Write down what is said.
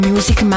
Music